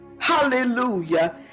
hallelujah